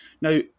Now